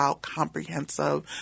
comprehensive